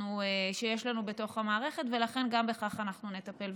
שיש לנו בתוך המערכת, ולכן גם בכך אנחנו נטפל.